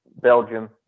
belgium